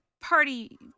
party